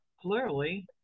Clearly